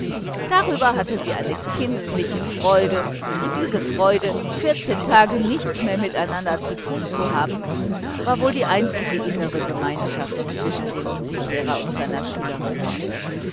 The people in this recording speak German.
darüber hatte sie eine kindliche freude und diese freude vierzehn tage lang nichts mehr miteinander zu tun zu haben war wohl die einzige innere gemeinschaft zwischen dem musiklehrer und seiner schülerin